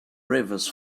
rivers